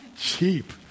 cheap